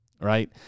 right